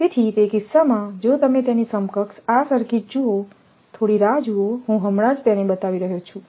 તેથીતે કિસ્સામાં જો તમે તેની સમકક્ષ આ સર્કિટ જુઓ થોડી રાહ જુઓ હું હમણાં જ તેને બતાવી રહ્યો છું